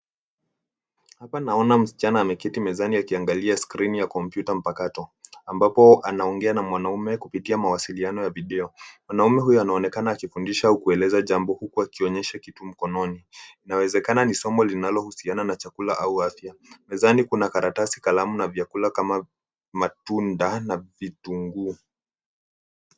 Hapa naona msichana ameketi mezani akiangalia skrini ya kompyuta mpakato. Ambapo anaongea na mwanaume kupitia mawasiliano ya video. Mwanaume huyo anaonekana akifundisha au kueleza jambo huku akionyesha kitu mkononi. Inawezekana ni somo linalohusiana na chakula au afya. Mezani kuna karatasi, kalamu na vyakula kama matunda na vitunguu.